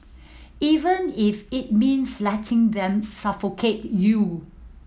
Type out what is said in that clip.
even if it means letting them suffocate you